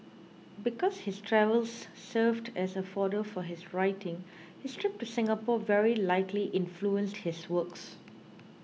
because his travels served as a fodder for his writing his trip to Singapore very likely influenced his works